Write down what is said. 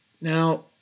Now